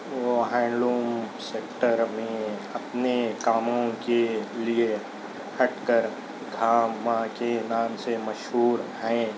وہ handloom sector میں اپنے کاموں کے لیے ہٹ کر گھا ما کے نام سے مشہور ہیں